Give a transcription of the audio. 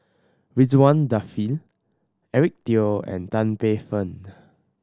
Ridzwan Dzafir Eric Teo and Tan Paey Fern